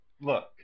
Look